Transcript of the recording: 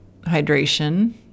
hydration